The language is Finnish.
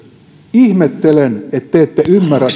ihmettelen että te ette ymmärrä